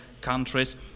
countries